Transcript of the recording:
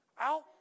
out